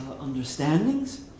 understandings